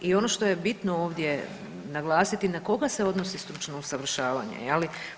I ono što je bitno ovdje naglasiti na koga se odnosi stručno usavršavanje je li?